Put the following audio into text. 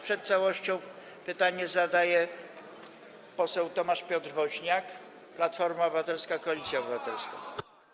Przed całością pytanie zadaje poseł Tomasz Piotr Woźniak, Platforma Obywatelska - Koalicja Obywatelska.